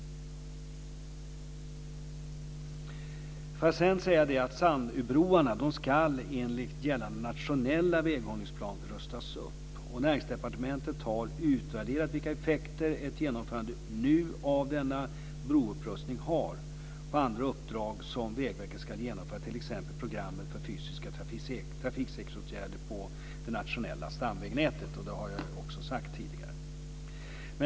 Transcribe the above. Får jag sedan säga att Sandöbroarna ska enligt gällande nationella väghållningsplaner rustas upp. Näringsdepartementet har utvärderat vilka effekter ett genomförande nu av denna broupprustning har på andra uppdrag som Vägverket ska genomföra, t.ex. programmet för fysiska trafiksäkerhetsåtgärder på det nationella stomvägnätet. Det har jag också sagt tidigare.